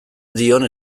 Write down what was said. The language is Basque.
dion